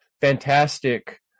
fantastic